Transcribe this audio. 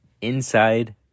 inside